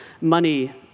money